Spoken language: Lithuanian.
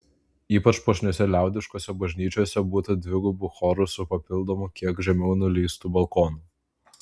ypač puošniose liaudiškose bažnyčiose būta dvigubų chorų su papildomu kiek žemiau nuleistu balkonu